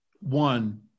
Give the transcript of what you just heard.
One